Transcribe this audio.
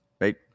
right